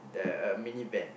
the uh mini van